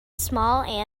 small